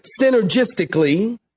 synergistically